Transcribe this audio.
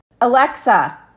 Alexa